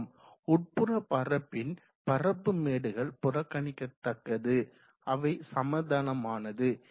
மேற்பரப்பு உட்புற பரப்பின் பரப்பு மேடுகள் புறக்கணிக்க தக்கது அவை சமதளமானது